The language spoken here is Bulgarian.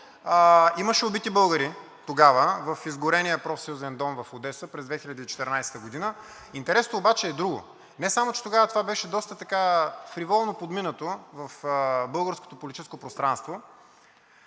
Имаше убити българи тогава в изгорения Профсъюзен дом в Одеса през 2014 г. Интересното обаче е друго. Не само че тогава това беше доста фриволно подминато в българското политическо пространство,